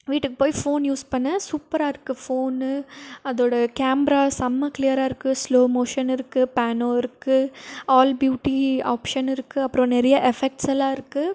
வீட்டுக்கு போய் phone use பண்ணேன் சூப்பராக இருக்குது ஃபோனு அதோடய கேமரா செம்ம க்ளீயராக இருக்குது ஸ்லோ மோஷன் இருக்குது பேனோ இருக்குது ஆல் ப்யூட்டி ஆப்ஷன் இருக்குது அப்புறம் நிறைய எஃபெக்ட்ஸெல்லாம் இருக்குது